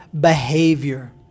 behavior